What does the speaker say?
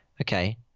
Okay